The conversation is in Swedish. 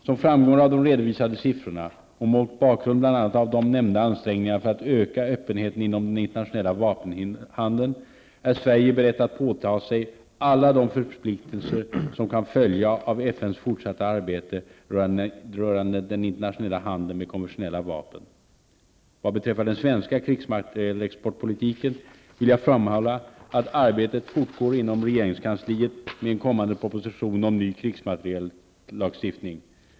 Som framgår av de redovisade siffrorna och mot bakgrund bl.a. av de nämnda ansträngningarna för att öka öppenheten om den internationella vapenhandeln är Sverige berett att påta sig alla de förpliktelser som kan komma att följa av FNs fortsatta arbete rörande den internationella handeln med konventionella vapen. Vad beträffar den svenska krigsmaterielexportpolitiken vill jag framhålla att arbetet fortgår inom regeringskansliet med en kommande proposition om ny krigsmateriellagstiftning.